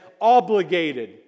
obligated